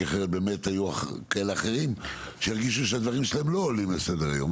כי אחרת היו אחרים שהיו מרגישים שהדברים שלהם לא עולים לסדר היום.